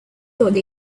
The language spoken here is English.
thought